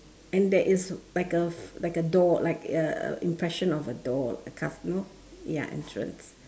and there is like a like a door like uh impression of a door a casino ya entrance